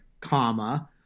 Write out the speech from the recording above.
comma